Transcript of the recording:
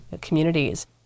communities